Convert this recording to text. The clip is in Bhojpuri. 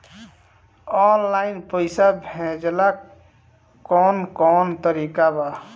आनलाइन पइसा भेजेला कवन कवन तरीका बा?